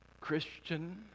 Christian